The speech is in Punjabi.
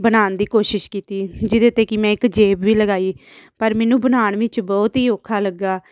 ਬਣਾਉਣ ਦੀ ਕੋਸ਼ਿਸ਼ ਕੀਤੀ ਜਿਹਦੇ 'ਤੇ ਕਿ ਮੈਂ ਇੱਕ ਜੇਬ ਵੀ ਲਗਾਈ ਪਰ ਮੈਨੂੰ ਬਣਾਉਣ ਵਿੱਚ ਬਹੁਤ ਹੀ ਔਖਾ ਲੱਗਿਆ